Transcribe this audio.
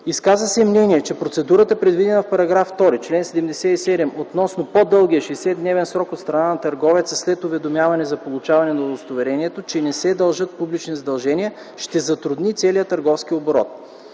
Изказа се мнение, че процедурата предвидена в § 2, чл. 77 относно по-дългия 60-дневен от страна на търговеца след уведомяването за получаването на удостоверението, че не се дължат публични задължения, ще затрудни целия търговски оборот.